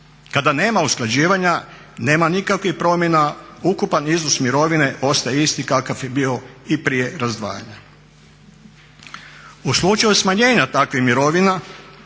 Kada nema usklađivanja nema nikakvih promjena, ukupan iznos mirovine ostaje isti kakav je bio i prije razdvajanja. U slučaju smanjenja takvih mirovina